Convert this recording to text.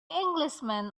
englishman